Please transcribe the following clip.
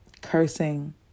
cursing